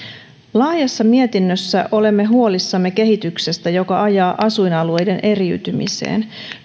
laajassa mietinnössämme olemme huolissamme kehityksestä joka ajaa asuinalueiden eriytymiseen